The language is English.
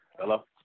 Hello